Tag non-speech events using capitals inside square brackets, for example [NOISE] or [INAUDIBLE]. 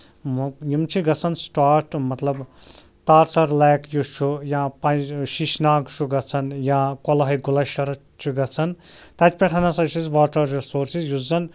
[UNINTELLIGIBLE] یِم چھِ گژھان سٕٹاٹ تہٕ مطلب تارسر لیک یُس چھُ یا [UNINTELLIGIBLE] شیٖشہٕ ناگ چھُ گژھان یا کۄلہَے [UNINTELLIGIBLE] شَرٕط چھُ گژھان تَتہِ پٮ۪ٹھ ہسا [UNINTELLIGIBLE] چھِس واتان رِسورسِز یُس زَن